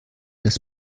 das